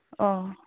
ᱚ